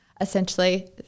essentially